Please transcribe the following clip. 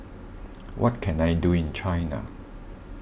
what can I do in China